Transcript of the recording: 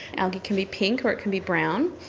algae can be pink or it can be brown,